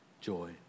joy